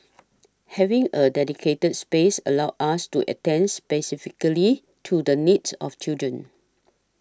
having a dedicated space allows us to attends specifically to the needs of children